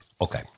Okay